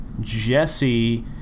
Jesse